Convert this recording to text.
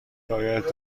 شاید